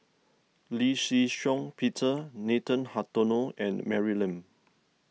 Lee Shih Shiong Peter Nathan Hartono and Mary Lim